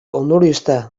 ondoriozta